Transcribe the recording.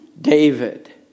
David